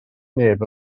neb